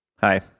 hi